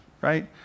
Right